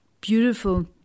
beautiful